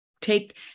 take